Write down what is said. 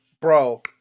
bro